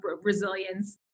resilience